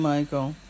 Michael